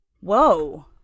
Whoa